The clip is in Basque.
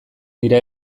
dira